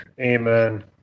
Amen